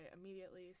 immediately